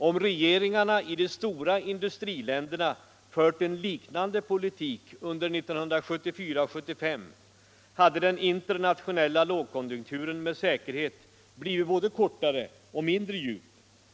Om regeringarna i de största industriländerna fört en liknande politik under 1974 och 1975, hade den internationella lågkonjunkturen med säkerhet blivit både kortare och mindre djup.